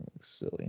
Silly